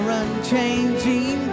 unchanging